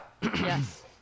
Yes